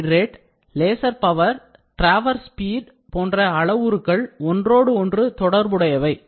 Powder feed rate laser power traverse speed போன்ற அளவுருக்கள் ஒன்றோடு ஒன்று தொடர்புடையவை